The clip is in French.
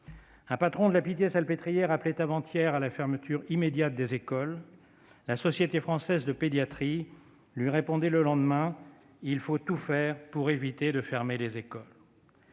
un patron de la Pitié-Salpêtrière appelait avant-hier à la fermeture immédiate des écoles ; la Société française de pédiatrie lui répondait le lendemain qu'il fallait tout faire pour éviter de fermer des écoles.